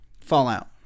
Fallout